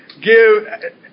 give